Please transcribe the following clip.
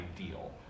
ideal